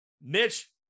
Mitch